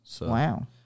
Wow